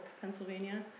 Pennsylvania